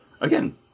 again